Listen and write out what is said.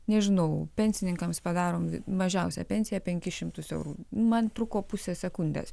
nežinau pensininkams padarom mažiausią pensiją penkis šimtus eurų man truko pusę sekundės